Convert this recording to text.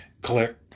Click